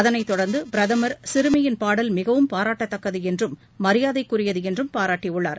அதனைத் தொடர்ந்து பிரதமர் சிறுமியின் பாடல் மிகவும் பாராட்டத்தக்கது என்றும் மரியாதைக்குரியது என்றும் பாராட்டியுள்ளார்